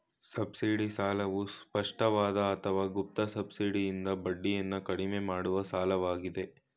subsidy ಸಾಲವು ಸ್ಪಷ್ಟವಾದ ಅಥವಾ ಗುಪ್ತ ಸಬ್ಸಿಡಿಯಿಂದ ಬಡ್ಡಿಯನ್ನ ಕಡಿಮೆ ಮಾಡುವ ಸಾಲವಾಗಿದೆ